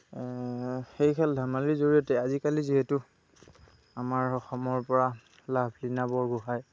সেই খেল ধেমালিৰ জড়িয়তে আজিকালি যিহেতু আমাৰ অসমৰ পৰা লাভলীনা বৰগোঁহাই